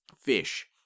fish